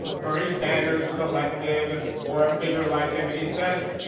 bernie sanders is elected, or a figure like him, and he says,